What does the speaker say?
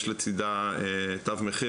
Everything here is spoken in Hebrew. יש לצידה תו מחיר,